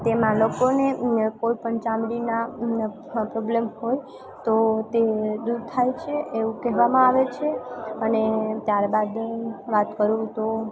તેમાં લોકોને એમને કોઈપણ ચામડીના પ્રોબ્લેમ હોય તો તે દૂર થાય છે એવું કહેવામાં આવે છે અને ત્યારબાદ વાત કરું તો